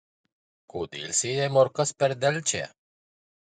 kodėl sėjai morkas per delčią